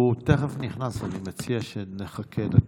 הוא תכף נכנס, אני מציע שנחכה דקה.